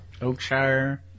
Oakshire